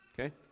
Okay